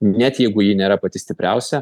net jeigu ji nėra pati stipriausia